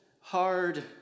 hard